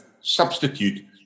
substitute